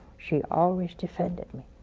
she always defended me.